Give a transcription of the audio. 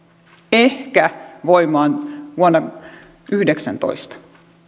ehkä voimaan vuonna yhdeksäntoista